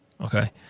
Okay